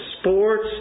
sports